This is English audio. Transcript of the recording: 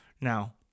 Now